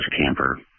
camper